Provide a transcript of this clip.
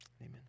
Amen